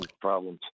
problems